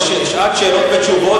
זה שעת שאלות ותשובות,